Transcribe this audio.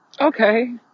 Okay